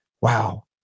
wow